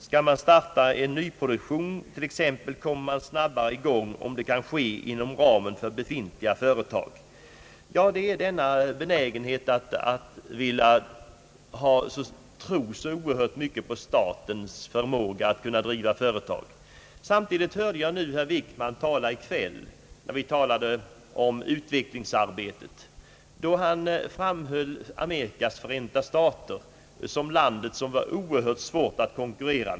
Skall man starta en nyproduktion kommer man snabbare i gång om det kan ske inom ramen för befintliga företag.» Det är en benägenhet att tro på statens förmåga att kunna driva företag. Samtidigt hörde jag att herr Wickman i kväll — när vi talade om utvecklingsarbetet — framhöll Amerikas förenta stater såsom landet som vi har svårt att konkurrera med.